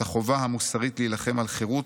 את החובה המוסרית להילחם על חירות,